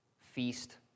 feast